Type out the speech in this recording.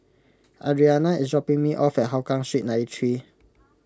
Adriana is dropping me off at Hougang Street ninety three